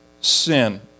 sin